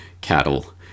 cattle